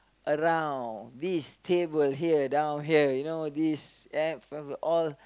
around this table here down here you know this all